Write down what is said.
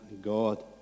God